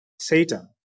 Satan